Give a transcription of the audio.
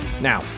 Now